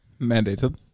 mandated